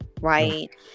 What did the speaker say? right